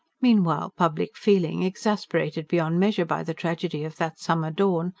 meanwhile public feeling, exasperated beyond measure by the tragedy of that summer dawn,